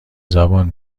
زبان